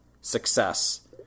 success